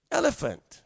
elephant